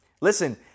Listen